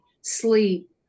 sleep